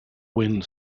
wind